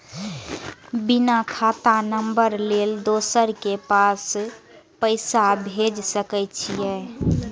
बिना खाता नंबर लेल दोसर के पास पैसा भेज सके छीए?